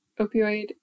opioid